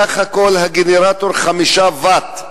סך הכול גנרטור 5 ואט,